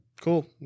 cool